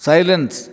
Silence